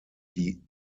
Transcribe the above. die